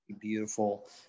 beautiful